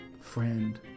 friend